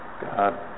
God